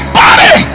body